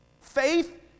Faith